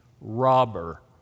robber